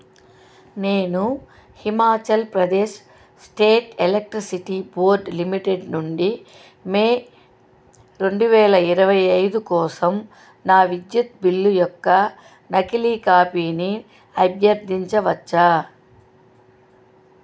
నేను Himachal Pradesh state electricity board limited నుండి May రెండు వేల ఇరవై ఐదు కోసం నా విద్యుత్ బిల్లు యొక్క నకిలీ కాపీని అభ్యర్థించవచ్చా